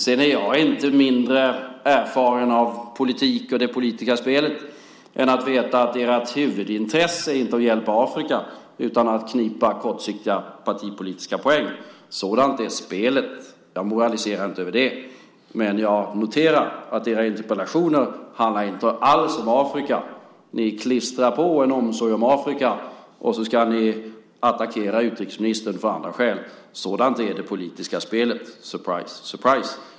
Sedan är jag inte mindre erfaren i politik och det politiska spelet än att jag vet att ert huvudintresse inte är att hjälpa Afrika utan att knipa kortsiktiga partipolitiska poäng. Sådant är spelet. Jag moraliserar inte över det. Men jag noterar att era interpellationer inte alls handlar om Afrika. Ni klistrar på en omsorg om Afrika för att sedan attackera utrikesministern av andra skäl. Sådant är det politiska spelet - surprise, surprise !